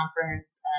conference